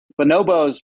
bonobos